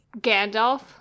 Gandalf